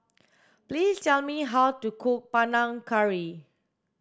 please tell me how to cook Panang Curry